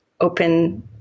open